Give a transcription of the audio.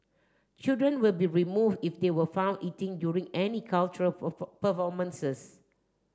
children will be remove if they were found eating during any cultural performances